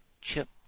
Chip